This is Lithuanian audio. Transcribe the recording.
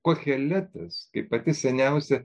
koheletas kaip pati seniausia